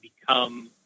become